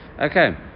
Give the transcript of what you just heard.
okay